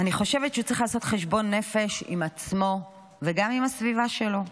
אני חושבת שהוא צריך לעשות חשבון נפש עם עצמו וגם עם הסביבה שלו.